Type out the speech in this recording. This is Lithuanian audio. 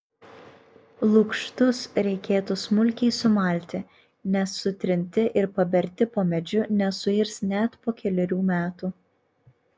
lukštus reikėtų smulkiai sumalti nes sutrinti ir paberti po medžiu nesuirs net po kelerių metų